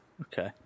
Okay